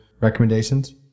recommendations